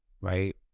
right